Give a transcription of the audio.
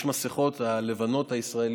יש מסכות ישראליות,